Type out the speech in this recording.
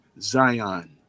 Zion